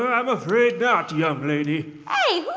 i'm afraid not, young lady hey,